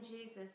Jesus